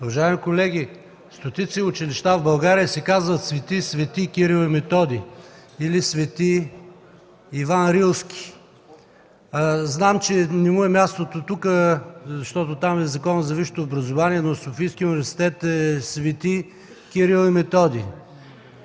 Уважаеми колеги, стотици училища в България се казват „Св. св. Кирил и Методий” или „Св. Иван Рилски”. Знам, че не му е мястото тук, защото е в Закона за висшето образование, но Софийският университет е „Св. Климент